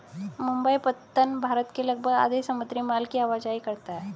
मुंबई पत्तन भारत के लगभग आधे समुद्री माल की आवाजाही करता है